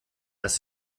dass